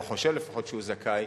או חושב לפחות שהוא זכאי,